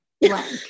blank